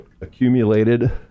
accumulated